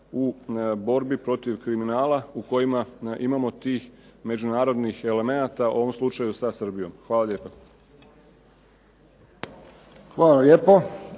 u borbi protiv kriminala u kojima imamo tih međunarodnih elemenata, u ovom slučaju sa Srbijom. Hvala lijepa. **Friščić,